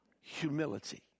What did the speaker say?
humility